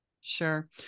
Sure